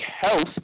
health